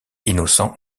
innocents